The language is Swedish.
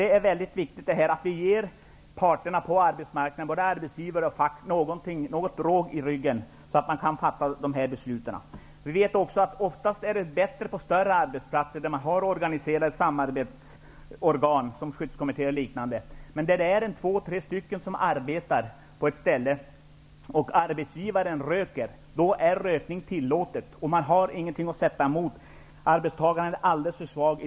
Det är väldigt viktigt att vi ger parterna på arbetsmarknaden, både arbetsgivare och fack, litet råg i ryggen, så att de kan fatta de här besluten. Vi vet också att det ofta är bättre på större arbetsplatser, där man har samarbetsorgan som skyddskommittéer och liknande. Men på arbetsplatser där två tre stycken arbetar och där arbetsgivaren röker, där är rökning tillåten. Arbetstagarna där har ingenting att sätta emot, utan de är i det fallet alldeles för svaga.